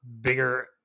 bigger